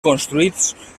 construïts